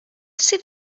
sydd